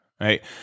right